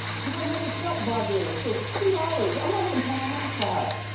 cause i never felt badu. so, two dollars, i'm not even paying that for her,